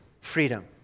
freedom